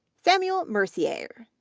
samuel mercier,